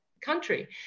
country